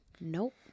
Nope